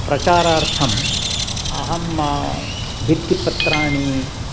प्रचारार्थम् अहं भित्तिषु पत्राणि